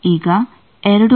ಈಗ 2 ಪೋರ್ಟ್ ಜಾಲದ S11 ಇದು